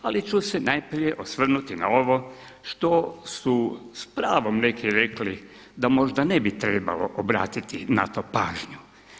Ali ću se najprije osvrnuti na ovo što su s pravom neki rekli da možda ne bi trebalo obratiti na to pažnju.